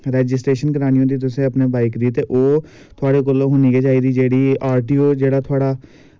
registration करानी होंदी तुसें अपने बाईक दी ते ओह् थोह्ड़े कोल होनी गै चाहिदी ते थोह्ड़ा जेह्ड़ा आरटीओ ऐ ओह्